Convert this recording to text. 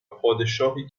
پادشاهی